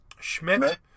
Schmidt